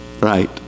right